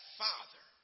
father